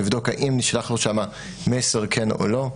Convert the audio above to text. לבדוק אם נשלח לו שמה מסר כן או לא.